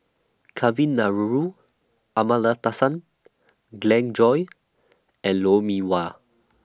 Kavignareru Amallathasan Glen Goei and Lou Mee Wah